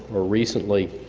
or, recently,